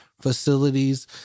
facilities